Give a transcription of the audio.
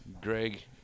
Greg